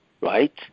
Right